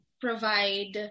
provide